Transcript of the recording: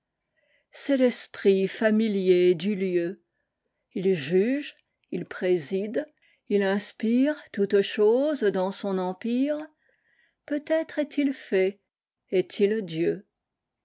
c'est l'esprit familier du lieu il juge il préside il inspiretoutes choses dans son empire peut-être est-il fée est-il dieu